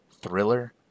Thriller